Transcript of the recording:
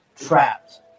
trapped